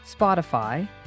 Spotify